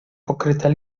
pokryte